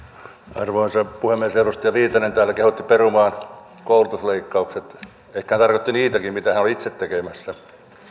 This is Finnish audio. arvoisa puhemies edustaja viitanen täällä kehotti perumaan koulutusleikkaukset ehkä hän tarkoitti niitäkin mitä hän oli itse tekemässä